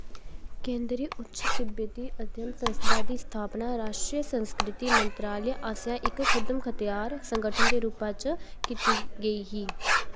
केंदरी उच्च तिब्बती अध्ययन संस्था दी स्थापना राश्ट्री संस्कृति मंत्रालय आसेआ इक खुदमख्त्यार संगठन दे रूपा च कीती गेई ही